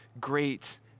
great